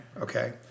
okay